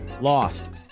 Lost